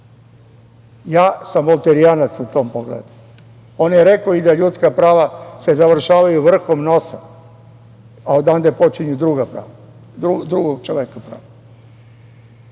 Ja sam volterijanac u tom pogledu. On je rekao i da ljudska prava se završavaju vrhom nosa, a odande počinju drugog čoveka